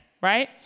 right